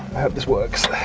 hope this works.